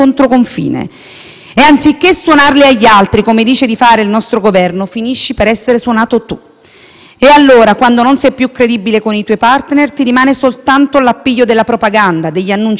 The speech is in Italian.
Allora, quando non sei più credibile con i tuoi *partner,* ti rimane soltanto l'appiglio della propaganda e degli annunci vuoti, in cui il ministro Salvini ha dimostrato eccellere in questi mesi.